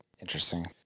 Interesting